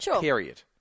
period